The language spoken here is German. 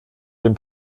den